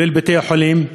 כולל בתי-החולים,